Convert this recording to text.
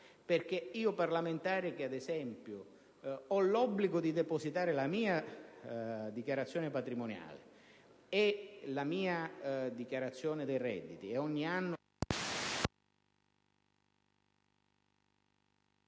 fatti. Come parlamentare, ad esempio, ho l'obbligo di depositare la mia dichiarazione patrimoniale e la mia dichiarazione dei redditi e le eventuali